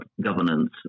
governance